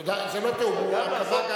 תודה, זה לא תיאום, הוא, את הדברים.